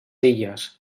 illes